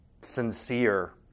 sincere